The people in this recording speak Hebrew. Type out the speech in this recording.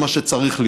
זה מה שצריך להיות.